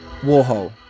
Warhol